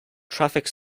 traffic